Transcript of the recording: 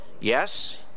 Yes